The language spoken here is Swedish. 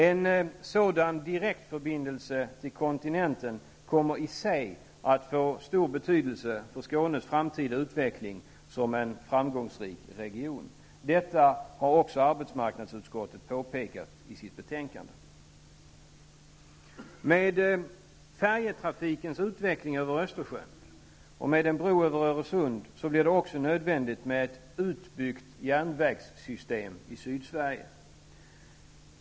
En sådan direktförbindelse till kontinenten kommer i och för sig att få stor betydelse för Skånes framtida utveckling som en framgångsrik region. Detta har också arbetsmarknadsutskottet påpekat i sitt betänkande. Med färjetrafikens utveckling över Östersjön och med en bro över Öresund blir det också nödvändigt med ett utbyggt järnvägssystem i Sydsverige.